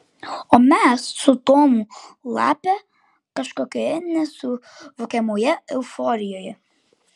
o mes su tomu lape kažkokioje nesuvokiamoje euforijoje